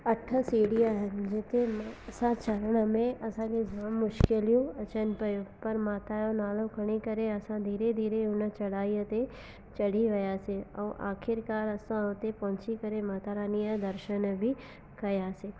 अठ सीढ़ियूं आहिनि जिते असां चढ़ण में असांजे जाम मुशकिलूं अचनि पियूं पर माता जो नालो खणी करे असां धीरे धीरे उन चढ़ाईअ ते चढ़ी वियासीं ऐं आख़िर कार असां उते पहुची करे माता रानीअ जा दर्शन बि कयासीं